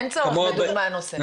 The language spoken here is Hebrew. שלום.